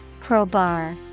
Crowbar